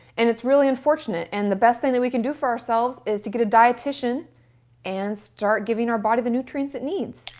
and it's really unfortunate and the best thing we can do for ourselves is to get a dietician and start giving our bodies the nutrients it needs.